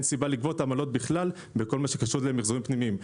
סיבה לגבות עמלות בכלל בכל מה שקשור למיחזורים פנימיים,